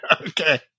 Okay